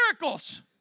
miracles